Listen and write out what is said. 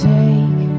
take